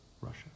Russia